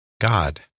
God